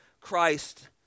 Christ